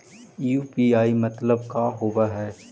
UPI मतलब का होब हइ?